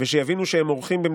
ושיבינו שהם אורחים כאן,